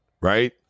right